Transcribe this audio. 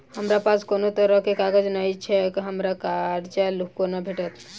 हमरा पास कोनो तरहक कागज नहि छैक हमरा कर्जा कोना भेटत?